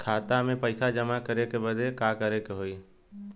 खाता मे पैसा जमा करे बदे का करे के होई?